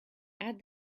add